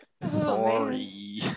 Sorry